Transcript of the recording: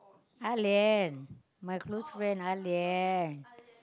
Ah-Lian my close friend Ah-Lian